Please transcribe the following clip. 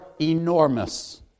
enormous